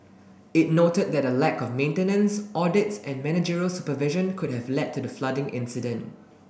it noted that a lack of maintenance audits and managerial supervision could have led to the flooding incident